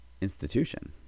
institution